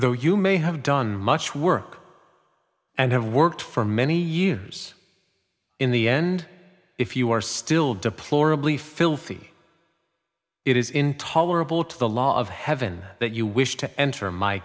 though you may have done much work and have worked for many years in the end if you are still deplorably filthy it is intolerable to the law of heaven that you wish to enter my